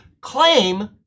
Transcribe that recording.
claim